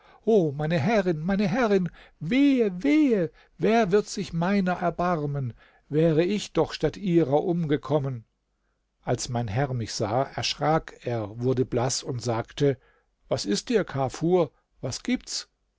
o meine herrin meine herrin wehe wehe wer wird sich meiner erbarmen wäre ich doch statt ihrer umgekommen als mein herr mich sah erschrak er wurde blaß und sagte was ist dir kafur was gibt's